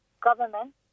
government